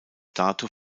dato